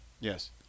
Yes